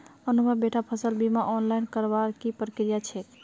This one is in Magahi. अनुभव बेटा फसल बीमा ऑनलाइन करवार की प्रक्रिया छेक